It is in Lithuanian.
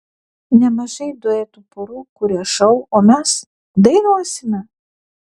nemažai duetų porų kuria šou o mes dainuosime